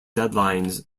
deadlines